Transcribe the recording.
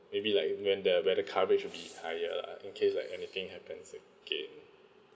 maybe like when the when the coverage will be higher lah in case like anything happens again